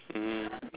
um